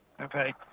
okay